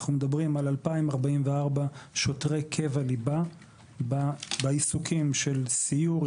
אנחנו מדברים על 2,044 שוטרי קבע ליבה בעיסוקים של סיור,